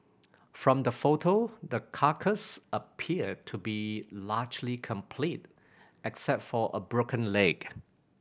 from the photo the carcass appeared to be largely complete except for a broken leg